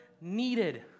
needed